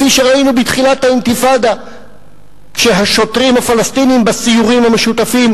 כפי שראינו בתחילת האינתיפאדה כשהשוטרים הפלסטינים בסיורים המשותפים